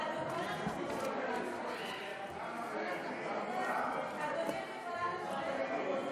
חוק לתיקון פקודת הסטטיסטיקה (מס' 5),